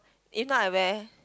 if not I wear